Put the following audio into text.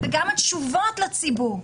וגם התשובות לציבור.